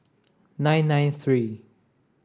nine nine three